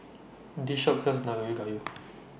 This Shop sells Nanakusa Gayu